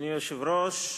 אדוני היושב-ראש,